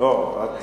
יש